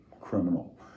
criminal